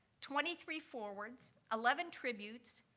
twenty three forewords, eleven tributes,